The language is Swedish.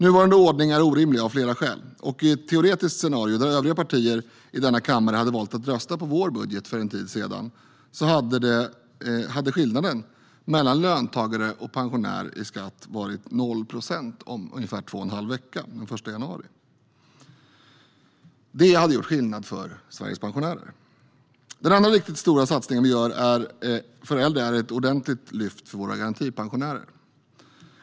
Nuvarande ordning är orimlig, av flera skäl, och i ett teoretiskt scenario där övriga partier i denna kammare hade valt att rösta på vår budget för en tid sedan hade skatteskillnaden mellan löntagare och pensionär varit 0 procent om två och en halv vecka, den 1 januari 2017. Det hade gjort skillnad för Sveriges pensionärer. Den andra riktigt stora satsning vi gör för äldre är ett ordentligt lyft för våra garantipensionärer.